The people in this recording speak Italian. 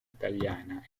italiana